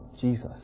Jesus